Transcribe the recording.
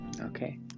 okay